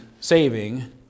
saving